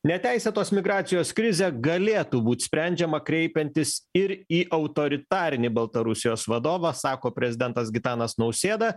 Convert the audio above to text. neteisėtos migracijos krizė galėtų būt sprendžiama kreipiantis ir į autoritarinį baltarusijos vadovą sako prezidentas gitanas nausėda